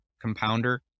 compounder